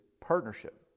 partnership